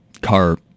car